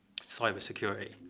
cybersecurity